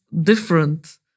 different